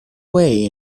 away